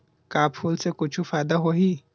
का फूल से कुछु फ़ायदा होही?